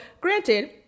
granted